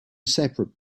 separate